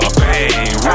bang